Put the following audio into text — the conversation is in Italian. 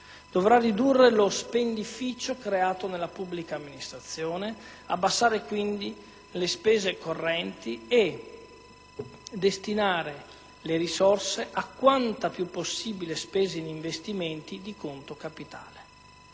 dovrà ridurre lo stipendificio creato nella pubblica amministrazione, abbassare quindi le spese correnti e destinare le risorse a quanta più possibile spesa in investimenti di conto capitale.